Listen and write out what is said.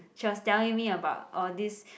she was telling me about orh this